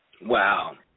Wow